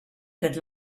good